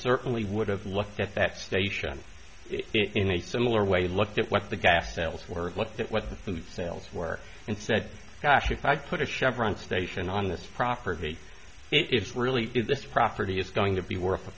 certainly would have looked at that station in a similar way looked at what the gas sales were looked at what the food sales were and said gosh if i put a chevron station on this property if it really is this property is going to be worth a